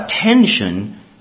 attention